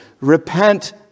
repent